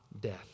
death